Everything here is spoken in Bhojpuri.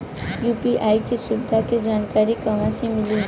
यू.पी.आई के सुविधा के जानकारी कहवा से मिली?